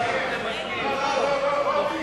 אלא אם כן ועדת